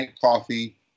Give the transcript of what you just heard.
coffee